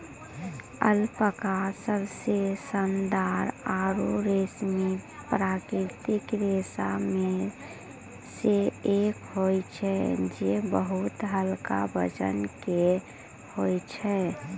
alpaca सबसें शानदार आरु रेशमी प्राकृतिक रेशा म सें एक होय छै जे बहुत हल्का वजन के होय छै